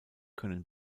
können